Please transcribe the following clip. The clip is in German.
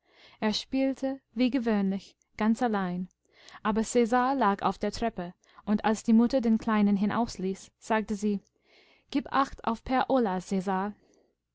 er spielte wie gewöhnlich ganz allein aber cäsar lag auf der treppe undalsdiemutterdenkleinenhinausließ sagtesie gibachtaufper ola cäsar wärenunallessogewesenwiesonst hättecäsaraufdenbefehlgehorchtund es wäre so gut acht auf per